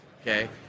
Okay